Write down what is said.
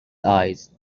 eyes